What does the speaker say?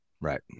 right